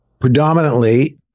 predominantly